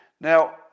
Now